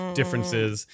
differences